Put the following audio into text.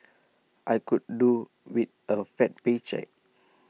I could do with A fat paycheck